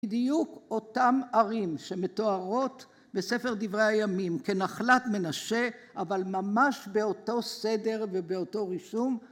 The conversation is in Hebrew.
בדיוק אותם ערים שמתוארות בספר דברי הימים כנחלת מנשה, אבל ממש באותו סדר ובאותו רישום.